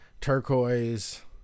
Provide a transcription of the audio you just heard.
turquoise